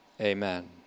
Amen